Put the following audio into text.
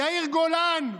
יאיר גולן,